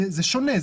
זה שונה,